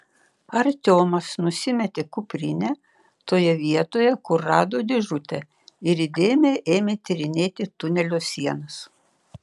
artiomas nusimetė kuprinę toje vietoje kur rado dėžutę ir įdėmiai ėmė tyrinėti tunelio sienas